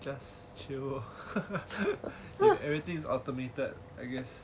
just chill everything is automated I guess